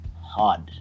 hard